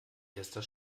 erster